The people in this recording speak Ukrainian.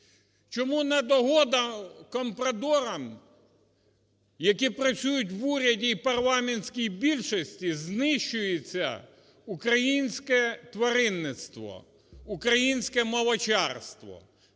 Чому на догоду компрадорам, які працюють в уряді і парламентській більшості знищується українське тваринництво, українське молочарство?